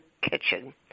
Kitchen